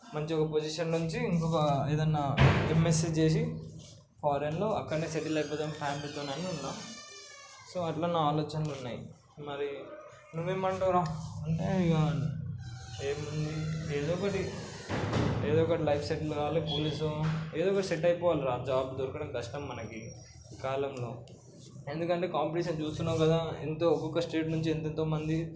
మంచిగా ఒక పొజిషన్ నుంచి ఇంకొక ఏదైనా ఎమ్మెస్సీ చేసి ఫారిన్లో అక్కడే సెటిల్ అయిపోదాము ఫ్యామిలీతోని అని ఉన్నా సో అట్లా నా ఆలోచనలు ఉన్నాయి మరి నువ్వు ఏం అంటావురా అంటే ఇక ఏమి ఉంది ఏదో ఒకటి ఏదో ఒకటి లైఫ్ సెటిల్ కావాలి పోలీసో ఏదో ఒకటి సెట్ అయిపోవాలిరా జాబ్ దొరకడం కష్టం మనకి ఈ కాలంలో ఎందుకంటే కాంపిటీషన్ చూస్తున్నావు కదా ఎంతో ఒక్కొక్క స్టేట్ నుంచి ఎంతెంతో మంది